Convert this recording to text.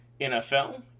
NFL